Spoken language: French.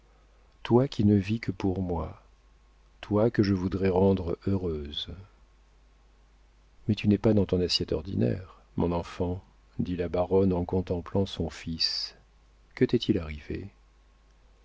toi qui ne vis que pour moi toi que je voudrais rendre heureuse mais tu n'es pas dans ton assiette ordinaire mon enfant dit la baronne en contemplant son fils que t'est-il arrivé